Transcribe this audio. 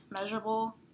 measurable